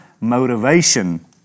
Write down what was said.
motivation